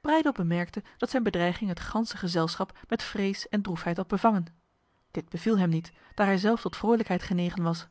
breydel bemerkte dat zijn bedreiging het ganse gezelschap met vrees en droefheid had bevangen dit beviel hem niet daar hij zelf tot vrolijkheid genegen was